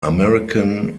american